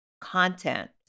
content